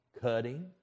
cutting